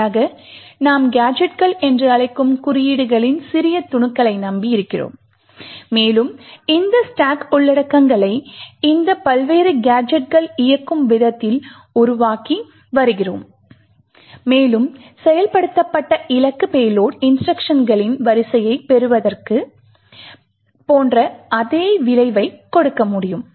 மாறாக நாம் கேஜெட்டுகள் என்று அழைக்கும் குறியீடுகளின் சிறிய துணுக்குகளைப் நம்பி இருக்கிறோம் மேலும் இந்த ஸ்டாக் உள்ளடக்கங்களை இந்த பல்வேறு கேஜெட்டுகள் இயக்கும் விதத்தில் உருவாக்கி வருகிறோம் மேலும் செயல்படுத்தப்பட்ட இலக்கு பேலோட் இன்ஸ்ட்ருக்ஷன்களின் வரிசையைப் பெறுவது போன்ற அதே விளைவைக் கொடுக்க முடியும்